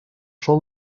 sol